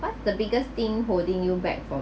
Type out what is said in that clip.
what's the biggest thing holding you back from